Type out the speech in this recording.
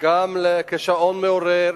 גם כשעון מעורר,